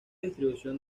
distribución